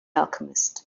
alchemist